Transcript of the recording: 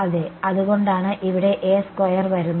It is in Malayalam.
അതെ അതുകൊണ്ടാണ് ഇവിടെ A സ്കോയർ വരുന്നത്